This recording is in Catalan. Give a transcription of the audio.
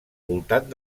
voltant